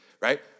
Right